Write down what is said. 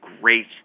great